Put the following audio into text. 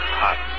hot